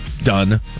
done